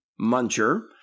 Muncher